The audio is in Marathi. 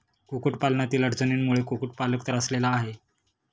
कुक्कुटपालनातील अडचणींमुळे कुक्कुटपालक त्रासलेला आहे